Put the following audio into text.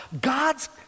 God's